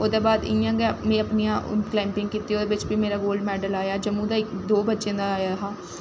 ओह्दै बाद में इ'यां गै अपनियां कलाईंबिंग कीती फ्ही ओह्दै बिच्च मेरा गोल्ड मैडल आया जम्मू दा दो बच्चें दा आया हा